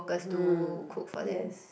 hmm yes